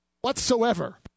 whatsoever